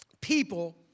people